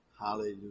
Hallelujah